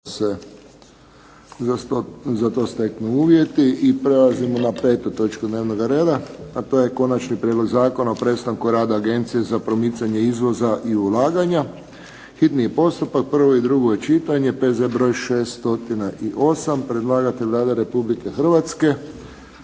Josip (HSS)** I prelazimo na 5. točku dnevnoga reda, a to je - Konačni prijedlog Zakona o prestanku rada Agencije za promicanje izvoza i ulaganja, hitni postupak, prvo i drugo čitanje, P.Z. br. 608 Predlagatelj: Vlada Republike Hrvatske.